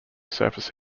surface